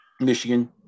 Michigan